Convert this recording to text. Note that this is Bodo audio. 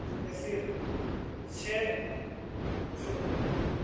एप्रिल से जुन